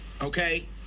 okay